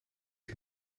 die